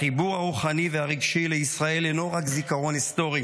החיבור הרוחני והרגשי לישראל אינו רק זיכרון היסטורי